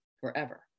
forever